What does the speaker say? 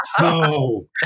no